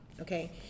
okay